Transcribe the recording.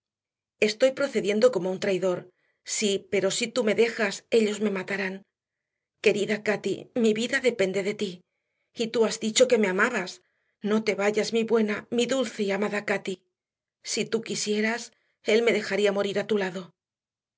estoy procediendo como un traidor si pero si tú me dejas ellos me matarán querida cati mi vida depende de ti y tú has dicho que me amabas no te vayas mi buena mi dulce y amada cati si tú quisieras él me dejaría morir a tu lado